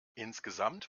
insgesamt